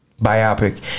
biopic